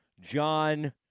John